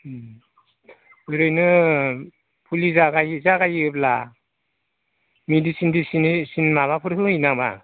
ओरैनो फुलि जागायो जागायोब्ला मेडिसिन थिदिसिन माबाफोर होयो नामा